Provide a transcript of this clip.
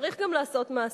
צריך גם לעשות מעשה.